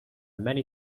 many